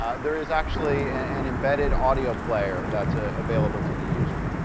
ah there is actually an embedded audio player that's ah available to the user.